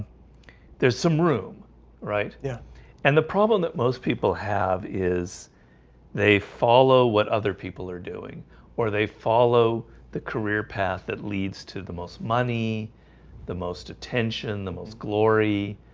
there's some room right? yeah and the problem that most people have is they follow what other people are doing or they follow the career path that leads to the most money the most attention the most glory